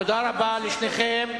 תודה רבה לשניכם.